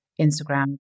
Instagram